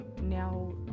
now